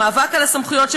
המאבק על הסמכויות,